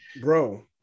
Bro